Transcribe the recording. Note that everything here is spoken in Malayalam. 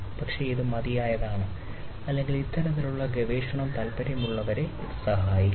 പക്ഷേ ഇത് മതിയായതാണ് അല്ലെങ്കിൽ ഇത്തരത്തിലുള്ള ഗവേഷണം താൽപ്പര്യമുള്ളവരെ ഇത് സഹായിക്കും